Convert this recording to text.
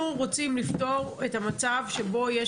אנחנו רוצים לפתור את המצב שבו יש